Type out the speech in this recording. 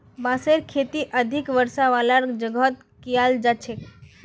बांसेर खेती अधिक वर्षा वालार जगहत कियाल जा छेक